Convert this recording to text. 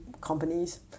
companies